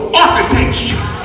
architecture